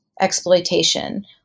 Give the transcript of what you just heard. exploitation